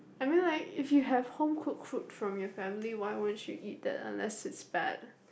I mean like if you have home cook food from your family why won't you eat that unless it's bad